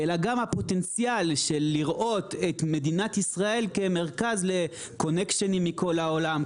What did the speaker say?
אלא גם הפוטנציאל של לראות את מדינת ישראל כמרכז לקונקשנים מכל העולם,